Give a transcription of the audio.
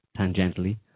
tangentially